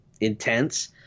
intense